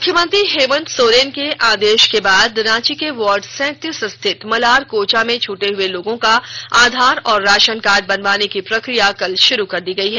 मुख्यमंत्री हेमंत सोरेन के आदेश के बाद रांची के वार्ड सैंतीस स्थित मलार कोचा में छूटे हुए लोगों का आधार और राशन कार्ड बनवाने की प्रक्रिया कल शुरू कर दी गई है